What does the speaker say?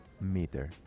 meter